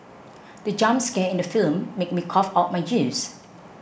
the jump scare in the film made me cough out my juice